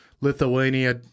Lithuania